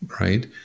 right